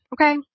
okay